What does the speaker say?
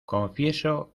confieso